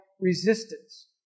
resistance